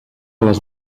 les